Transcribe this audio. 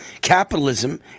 capitalism